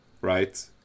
right